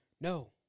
No